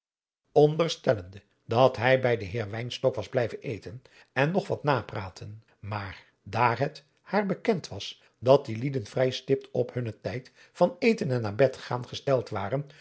onderstellende dat hij bij den heer wynstok was blijven eten en nog wat napraten maar daar het haar bekend was dat die lieden vrij stipt op hunnen tijd van eten en naar bed gaan gesteld waren